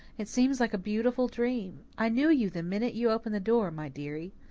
it seems like a beautiful dream. i knew you the minute you opened the door, my dearie.